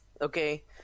Okay